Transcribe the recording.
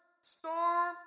storm